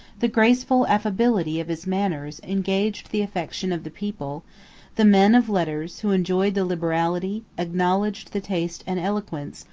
the graceful affability of his manners engaged the affection of the people the men of letters, who enjoyed the liberality, acknowledged the taste and eloquence,